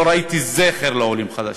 לא ראיתי זכר לעולים חדשים.